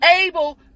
able